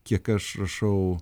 kiek aš rašau